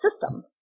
system